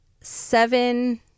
seven